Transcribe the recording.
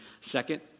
Second